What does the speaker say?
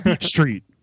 street